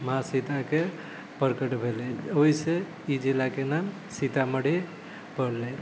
माँ सीताके प्रकट भेलै ओहिसँ ई जिलाके नाम सीतामढ़ी पड़लै